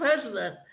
president